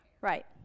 Right